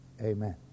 amen